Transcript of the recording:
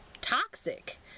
toxic